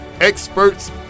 experts